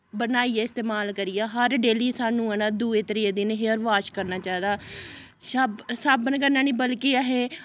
बनाइयै इस्तेमाल करियै हर डेली सानूं दुए त्रिए दिन हेयर वाश करना चाहिदा शब साबन कन्नै निं बल्कि असें